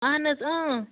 اَہَن حظ